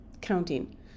counting